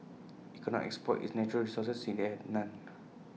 IT could not exploit its natural resources since IT had none